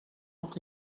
noch